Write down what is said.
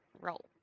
Roll